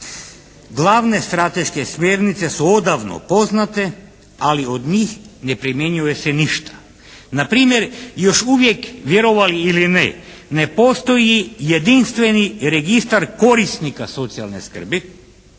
Glavne strateške smjernice su odavno poznate, ali od njih ne primjenjuje se ništa. Npr. još uvijek, vjerovali ili ne ne postoji jedinstveni registar korisnika socijalne skrbi,